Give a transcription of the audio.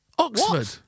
Oxford